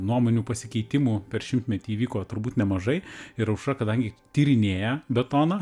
nuomonių pasikeitimų per šimtmetį įvyko turbūt nemažai ir aušra kadangi tyrinėja betoną